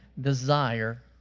desire